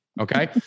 Okay